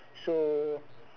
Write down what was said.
so